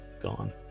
gone